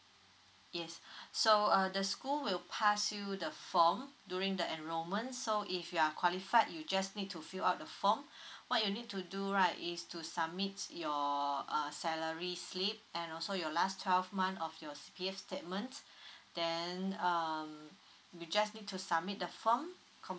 yes so uh the school will pass you the form during the enrollment so if you are qualified you just need to fill up the form what you need to do right is to summit your salary slip and also your last twelve month of your CPF statement then um you just need to submit the form